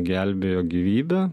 gelbėjo gyvybę